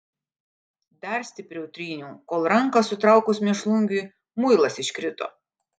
dar stipriau tryniau kol ranką sutraukus mėšlungiui muilas iškrito